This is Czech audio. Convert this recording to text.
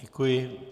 Děkuji.